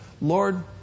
Lord